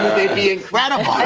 they'd be incredible! ah